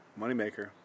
Moneymaker